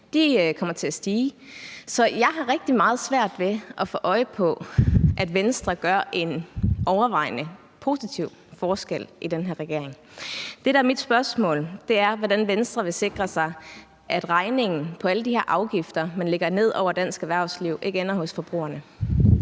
kommer til at stige. Så jeg har rigtig meget svært ved at få øje på, at Venstre gør en overvejende positiv forskel i den her regering. Det, der er mit spørgsmål er, hvordan Venstre vil sikre sig, at regningen på alle de her afgifter, man lægger ned over dansk erhvervsliv, ikke ender hos forbrugerne.